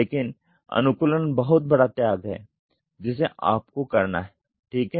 लेकिन अनुकूलन बहुत बड़ा त्याग है जिसे आपको करना है ठीक है